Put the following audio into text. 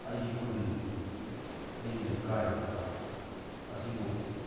ꯑꯩꯒꯤ ꯈꯨꯜ ꯑꯩꯒꯤ ꯂꯩꯀꯥꯏ ꯑꯁꯤꯕꯨ